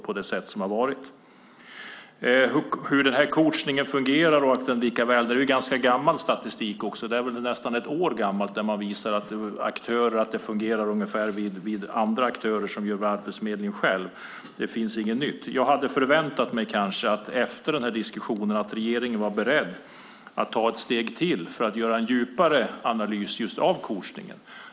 Statistiken över hur coachningen fungerar är ganska gammal - nästan ett år gammal - och den visar att det fungerar ungefär lika hos andra aktörer som hos Arbetsförmedlingen själv. Det finns inget nytt. Jag hade kanske förväntat mig att regeringen efter de här diskussionerna skulle vara beredd att ta ett steg till för att göra en djupare analys av coachningen.